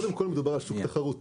קודם כל, מדובר על שוק תחרותי.